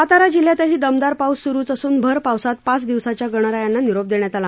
सातारा जिल्ह्यातही दमदार पाऊस स्रुच असून भर पावसात पाच दिवसांच्या गणरायांना निरोप देण्यात आला